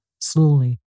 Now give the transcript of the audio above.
slowly